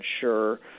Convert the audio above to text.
sure